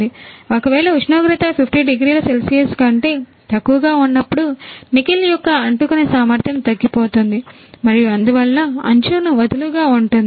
ఒకవేళ ఉష్ణోగ్రత 50 డిగ్రీల సెల్సియస్ కంటే తక్కువగా ఉన్నప్పుడు నికెల్ యొక్క అంటుకునే సామర్థ్యం తగ్గిపోతుంది మరియు అందువల్ల అంచుకు వదులుగా ఉంటుంది